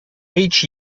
each